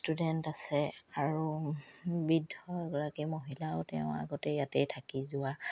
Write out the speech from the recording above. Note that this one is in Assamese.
ষ্টুডেণ্ট আছে আৰু বৃদ্ধ এগৰাকী মহিলাও তেওঁ আগতে ইয়াতে থাকি যোৱা